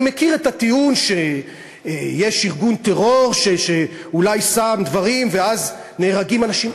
אני מכיר את הטיעון שיש ארגון טרור שאולי שם דברים ואז נהרגים אנשים,